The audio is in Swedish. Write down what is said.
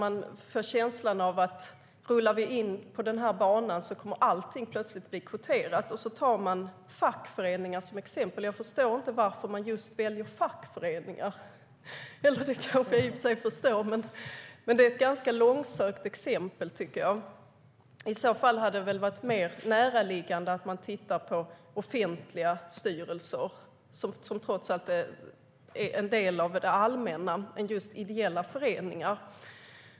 Jag får känslan av att man tänker att allting plötsligt kommer att bli kvoterat om vi rullar in på den här banan. Man tar fackföreningar som exempel, och jag förstår inte varför man väljer just fackföreningar - eller det kanske jag i och för sig förstår, men jag tycker att det är ett ganska långsökt exempel. I så fall hade det väl varit mer näraliggande att titta på offentliga styrelser, som trots allt är en del av det allmänna, än ideella föreningar.